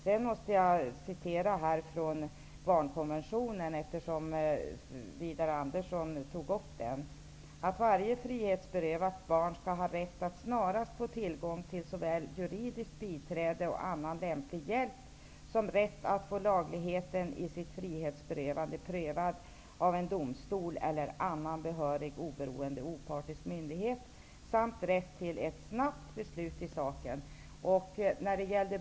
Sedan måste jag citera från barnkonventionen, eftersom Widar Andersson tog upp den: ''Varje frihetsberövat barn skall ha rätt att snarast få tillgång till såväl juridiskt biträde och annan lämplig hjälp som rätt att få lagligheten i sitt frihetsberövande prövad av en domstol eller annan behörig oberoende opartisk myndighet samt rätt till ett snabbt beslut i saken.''